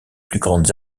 grandes